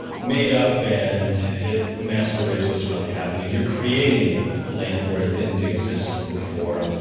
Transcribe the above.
made up and it masquerades what's really happening. you're creating land where it didn't exist before.